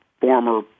former